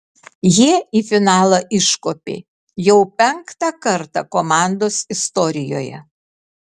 jie į finalą iškopė jau penktą kartą komandos istorijoje